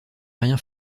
rien